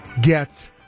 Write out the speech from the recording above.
get